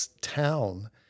town